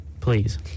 Please